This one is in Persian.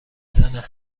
زنه